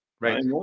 Right